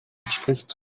entspricht